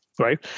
right